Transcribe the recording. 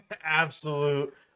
absolute